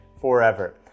forever